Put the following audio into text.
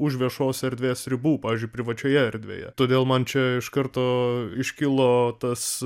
už viešos erdvės ribų pavyzdžiui privačioje erdvėje todėl man čia iš karto iškilo tas